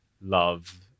love